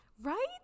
right